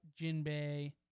Jinbei